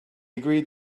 agreed